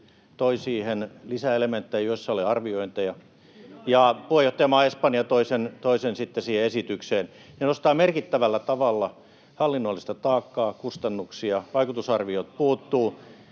toi siihen lisäelementtejä, joissa oli arviointeja, ja puheenjohtajamaa Espanja toi sen sitten siihen esitykseen. Se nostaa merkittävällä tavalla hallinnollista taakkaa, kustannuksia, vaikutusarviot puuttuvat.